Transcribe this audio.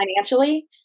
financially